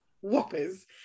whoppers